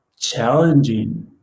challenging